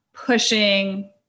pushing